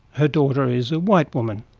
her daughter is a white woman,